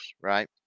right